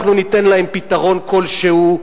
אנחנו ניתן להם פתרון כלשהו,